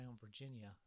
Virginia